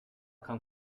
come